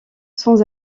sans